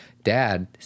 dad